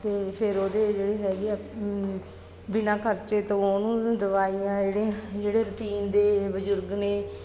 ਅਤੇ ਫਿਰ ਉਹਦੇ ਜਿਹੜੇ ਹੈਗੇ ਆ ਬਿਨਾ ਖਰਚੇ ਤੋਂ ਉਹਨੂੰ ਦਵਾਈਆਂ ਜਿਹੜੇ ਜਿਹੜੇ ਰੂਟੀਨ ਦੇ ਬਜ਼ੁਰਗ ਨੇ